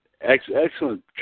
Excellent